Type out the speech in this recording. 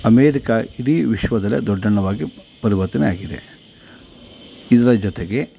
America ಇಡೀ ವಿಶ್ವದಲ್ಲೇ ದೊಡ್ಡಣ್ಣವಾಗಿ ಪರಿವರ್ತನೆ ಆಗಿದೆ ಇದರ ಜೊತೆಗೆ